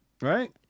Right